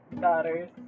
daughter's